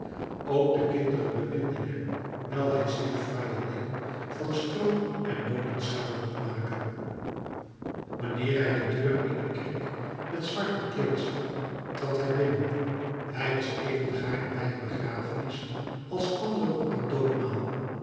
ook de kinderen beminden hem wijl hij zeer fraaie dingen van stroo en notenschalen kon maken wanneer hij de deur eener kerk met zwart bekleed zag trad hij binnen hij was even gaarne bij een begrafenis als anderen op een doopmaal